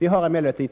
Vi har emellertid